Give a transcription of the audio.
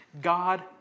God